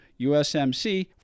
USMC